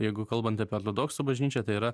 jeigu kalbant apie ortodoksų bažnyčią tai yra